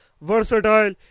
versatile